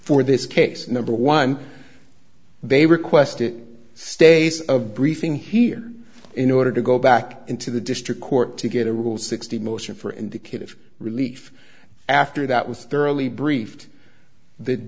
for this case number one they requested stays of briefing here in order to go back into the district court to get a rule sixty motion for indicative relief after that was thoroughly briefed the